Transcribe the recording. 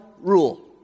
rule